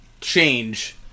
change